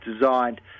designed